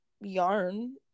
yarn